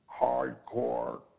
hardcore